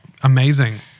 Amazing